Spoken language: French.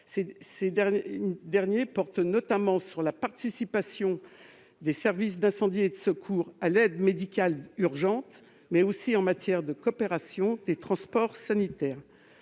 Ces dernières portent notamment sur la participation des services d'incendie et de secours à l'aide médicale urgente, mais aussi en matière de coopération des transports sanitaires.